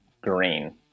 Green